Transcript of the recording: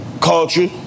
culture